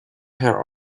her